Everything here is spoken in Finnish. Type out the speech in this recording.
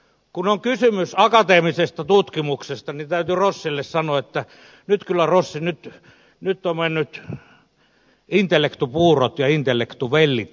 kun on kysymys akateemisesta tutkimuksesta niin täytyy rossille sanoa että nyt kyllä rossi on mennyt intellektupuurot ja intellektuvellit sekaisin